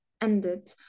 ended